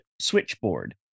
switchboard